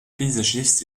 paysagiste